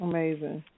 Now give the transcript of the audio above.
Amazing